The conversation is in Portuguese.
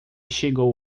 chegou